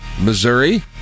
Missouri